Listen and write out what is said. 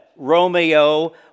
Romeo